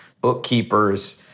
bookkeepers